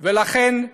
ולכן,